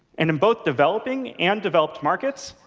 and in both developing and developed markets,